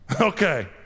okay